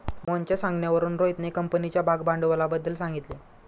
मोहनच्या सांगण्यावरून रोहितने कंपनीच्या भागभांडवलाबद्दल सांगितले